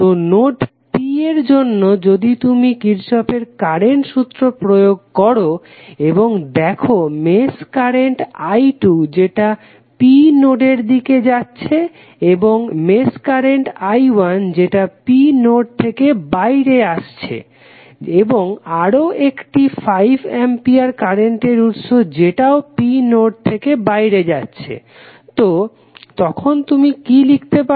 তো node P এর জন্য যদি তুমি কির্শফের কারেন্ট সূত্র প্রয়োগ করো এবং দেখো মেশ কারেন্ট i2 যেটা P নোডের দিকে যাচ্ছে এবং মেশ কারেন্ট i1 যেটা P নোড থেকে বাইরে যাচ্ছে এবং আরও একটি 5 অ্যাম্পিয়ার কারেন্টের উৎস যেটাও P নোড থেকে বাইরে যাচ্ছে তো তখন তুমি কি লিখতে পারো